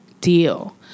deal